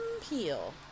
Peel